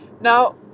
now